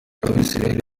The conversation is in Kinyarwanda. abisiraheli